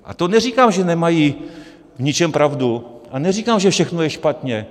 A to neříkám, že nemají v ničem pravdu, a neříkám, že všechno je špatně.